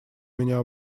меня